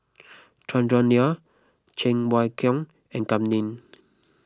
Chandran Nair Cheng Wai Keung and Kam Ning